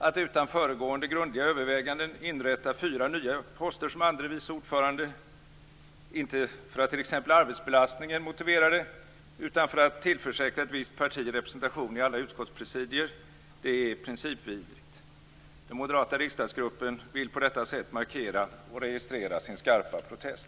Att utan föregående grundliga överväganden inrätta fyra nya poster som andre vice ordförande - inte för att t.ex. arbetsbelastningen motiverar det utan för att tillförsäkra ett visst parti representation i alla utskottspresidier - är principvidrigt. Den moderata riksdagsgruppen vill på detta sätt markera och registrera sin skarpa protest.